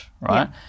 right